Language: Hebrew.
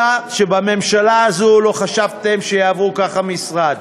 אלא שבממשלה הזאת לא חשבתם שיעבור ככה משרד,